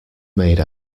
made